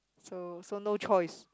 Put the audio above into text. so so no choice